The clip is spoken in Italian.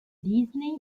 disney